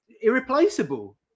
irreplaceable